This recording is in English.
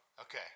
Okay